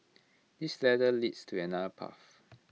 this ladder leads to another path